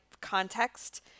context